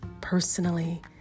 personally